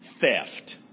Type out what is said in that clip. theft